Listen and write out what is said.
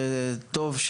תודה רבה.